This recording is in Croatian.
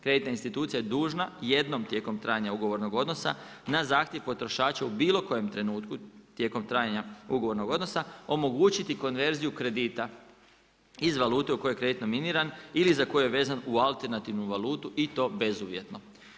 Kreditna institucija je dužna jednom tijekom trajanja ugovornog odnosa na zahtjev potrošača u bilo kojem trenutku tijekom trajanja ugovornog odnosa omogućiti konverziju kredita iz valute u kojoj je kredit nominiran ili za koju je vezan u alternativnu valutu i to bezuvjetno.